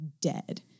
dead